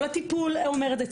כל הטיפול אומר את זה.